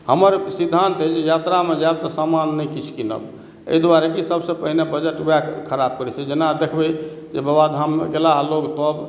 हमर सिद्धांत अछि जे यात्रामे जायब तऽ सामान नहि किछु कीनब एहि दुआरे कि सबसे पहिने बजट वएह खराब करै छै जेना देखबै कि बाबाधाममे गेलाह लोक तऽ